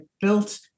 built